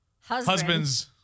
husband's